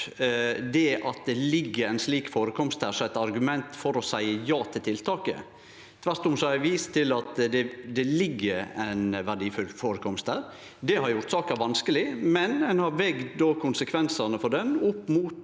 det at det ligg ein slik førekomst der, som eit argument for å seie ja til tiltaket. Tvert om har eg vist til at det ligg ein verdifull førekomst der. Det har gjort saka vanskeleg, men eg har vege konsekvensane for den opp mot